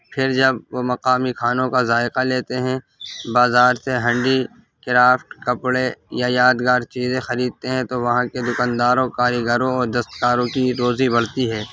پھر جب وہ مقامی کھانوں کا ذائقہ لیتے ہیں بازار سے ہنڈیکرافٹ کپڑے یا یادگار چیزیں خریدتے ہیں تو وہاں کے دکانداروں کاریگروں اور دستکاروں کی روزی بڑھتی ہے